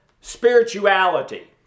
spirituality